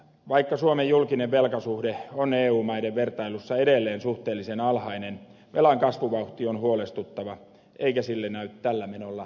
vaikka suomen julkinen velkasuhde on eu maiden vertailussa edelleen suhteellisen alhainen velan kasvuvauhti on huolestuttava eikä sille näy tällä menolla edes loppua